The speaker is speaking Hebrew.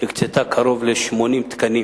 הקצתה קרוב ל-80 תקנים